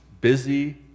busy